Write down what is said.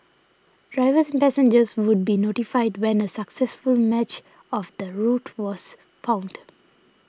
drivers and passengers would be notified when a successful match of the route was found